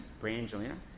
Brangelina